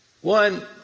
One